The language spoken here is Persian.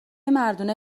مردونه